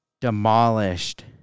demolished